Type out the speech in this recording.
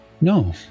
No